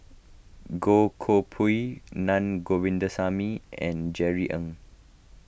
Goh Koh Pui Naa Govindasamy and Jerry Ng